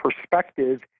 perspective